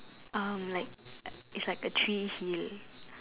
um like it's like a tree hill